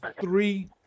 three